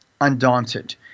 undaunted